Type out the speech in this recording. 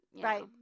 Right